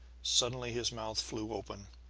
suddenly his mouth flew open,